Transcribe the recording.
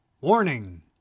Warning